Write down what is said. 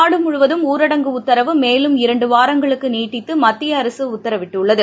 நாடுமுவதும் ஊரடங்கு உத்தரவு இரண்டுவாரங்களுக்குநீட்டித்துமத்தியஅரசுஉத்தரவிட்டுள்ளது